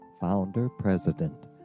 founder-president